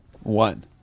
One